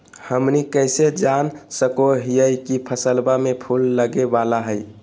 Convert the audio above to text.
हमनी कइसे जान सको हीयइ की फसलबा में फूल लगे वाला हइ?